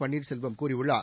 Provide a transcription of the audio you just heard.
பன்னீர்செல்வம் கூறியுள்ளார்